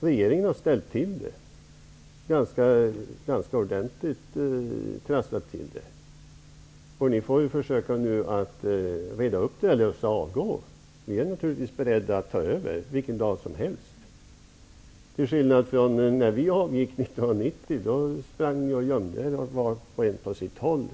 Regeringen har ställt till det -- ganska ordentligt. Ni får försöka reda upp det här eller också avgå. Vi är naturligvis beredda att ta över vilken dag som helst, till skillnad från er när vi avgick 1990. Då sprang ni i de borgerliga partierna och gömde er på var sitt håll.